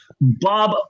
Bob